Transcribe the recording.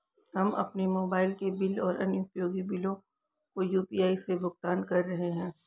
हम अपने मोबाइल के बिल और अन्य उपयोगी बिलों को यू.पी.आई से भुगतान कर रहे हैं